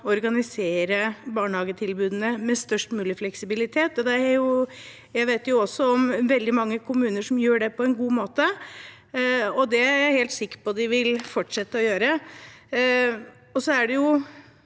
organisere barnehagetilbudene med størst mulig fleksibilitet. Jeg vet om veldig mange kommuner som gjør det på en god måte, og det er jeg helt sikker på at de vil fortsette å gjøre. Barnehagene